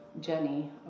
Jenny